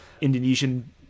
Indonesian